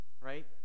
Right